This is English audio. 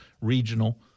regional